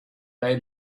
they